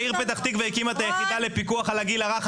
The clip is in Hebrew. העיר פתח תקווה הקימה את היחידה לפיקוח על הגיל הרך,